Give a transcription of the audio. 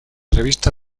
revista